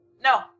No